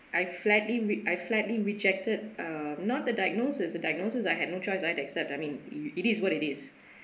I flatly re~ I flatly rejected uh not the diagnosis the diagnosis I had no choice I had to accept I mean it is what it is